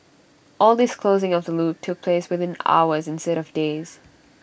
all this closing of the loop took place within hours instead of days